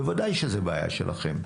ודא שזו בעיה שלכם.